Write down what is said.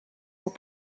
were